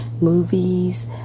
movies